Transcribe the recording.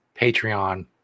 Patreon